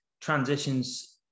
transitions